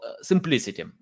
simplicity